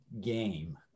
game